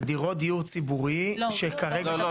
זה דירות דיור ציבורי שכרגע --- לא,